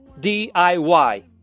DIY